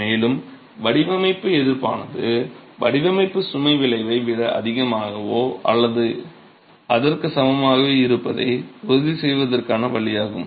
மேலும் வடிவமைப்பு எதிர்ப்பானது வடிவமைப்பு சுமை விளைவை விட அதிகமாகவோ அல்லது அதற்கு சமமாகவோ இருப்பதை உறுதி செய்வதற்கான வழியாகும்